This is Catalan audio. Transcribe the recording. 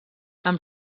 amb